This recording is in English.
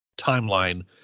timeline